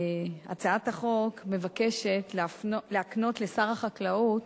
הצעת החוק מבקשת להקנות לשר החקלאות